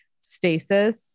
stasis